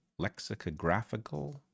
lexicographical